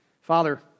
Father